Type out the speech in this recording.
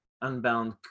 unbound